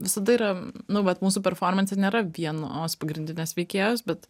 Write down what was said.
visada yra nu vat mūsų performanse nėra vienos pagrindinės veikėjos bet